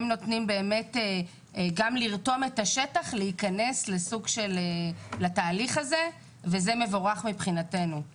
הוא מאפשר גם לרתום את השטח להיכנס לתהליך הזה ומבחינתנו זה מבורך.